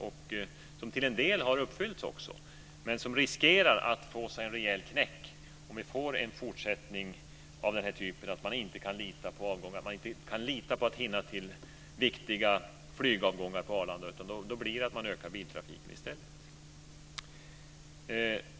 De har också till en del uppfyllts, men förväntningarna riskerar att få sig en rejäl knäck om vi får en fortsättning på tendensen att man inte kan lita på avgångar och på att hinna till viktiga flygavgångar på Arlanda. Då ökar biltrafiken i stället.